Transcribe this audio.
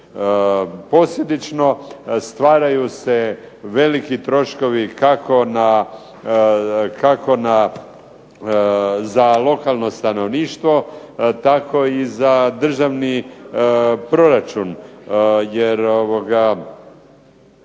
Posljedično stvaraju se veliki troškovi kako za lokalno stanovništvo tako i za državni proračun